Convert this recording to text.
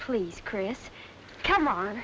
please chris come on